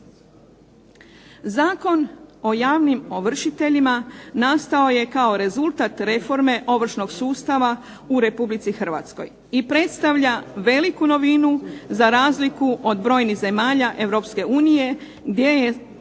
Zakon o javnim ovršiteljima nastao je kao rezultat reforme ovršnog sustava u Republici Hrvatskoj. I predstavlja veliku novinu za razliku od brojnih zemalja Europske